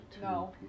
No